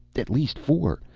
at least four.